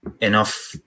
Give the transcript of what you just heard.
enough